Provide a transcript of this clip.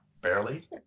Barely